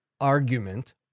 argument